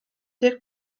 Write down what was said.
deg